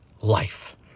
life